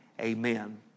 amen